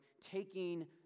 taking